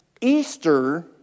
Easter